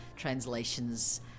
translations